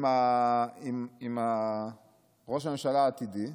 עם ראש הממשלה העתידי,